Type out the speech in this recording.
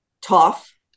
tough